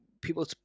people